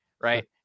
right